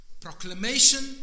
Proclamation